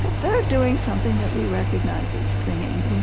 they're doing something that we recognize as singing.